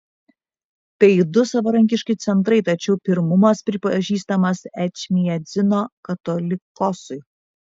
tai du savarankiški centrai tačiau pirmumas pripažįstamas ečmiadzino katolikosui